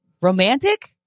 Romantic